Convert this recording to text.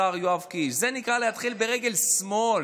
השר יואב קיש, זה נקרא להתחיל ברגל שמאל.